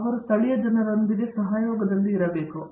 ಅವರು ಸ್ಥಳೀಯ ಜನರೊಂದಿಗೆ ಸಹಯೋಗದಲ್ಲಿ ಇರಬೇಕು